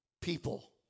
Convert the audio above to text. people